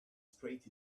straight